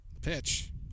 Pitch